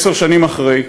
עשר שנים אחרי,